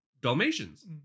Dalmatians